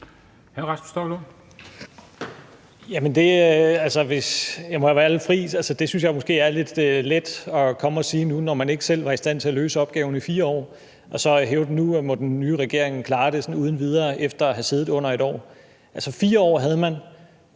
jeg må være lidt fri, synes jeg måske, det er lidt let at komme og sige nu, når man ikke selv var i stand til at løse opgaven i 4 år, altså hævde, at nu må den nye regering klare det sådan uden videre efter at have siddet under et år. Altså, 4 år havde man!